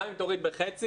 גם אם תוריד בחצי,